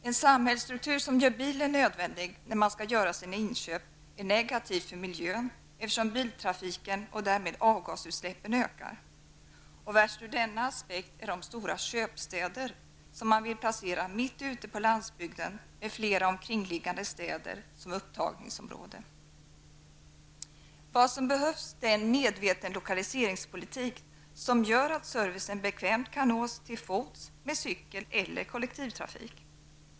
En samhällsstruktur som gör bilen nödvändig när man skall göra sina inköp är negativ för miljön, eftersom biltrafiken och därmed avgasutsläppen ökar. Värst ur denna aspekt är de stora ''köpstäder'' som man vill placera mitt ute på landsbygden med flera omkringliggande städer som upptagningsområde. Vad som behövs är en medveten lokaliseringspolitik, som gör att servicen bekvämt kan nås till fots, med cykel eller med kollektivtrafik.